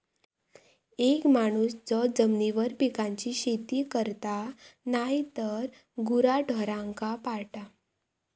एक माणूस जो जमिनीवर पिकांची शेती करता नायतर गुराढोरांका पाळता